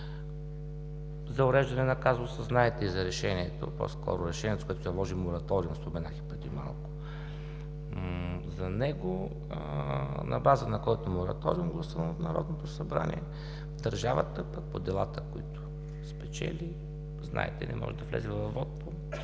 за уреждане на казуса. Знаете и за решението, по-скоро решението, което наложи мораториум, споменах и преди малко за него, на база на който мораториум, гласуван от Народното събрание, държавата по делата, които спечели, знаете, не може да влезе въвод по